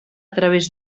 través